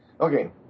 Okay